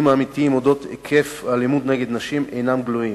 האמיתיים על היקף האלימות נגד נשים אינם גלויים.